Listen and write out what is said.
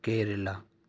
Kerala